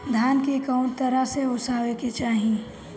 धान के कउन तरह से ओसावे के चाही?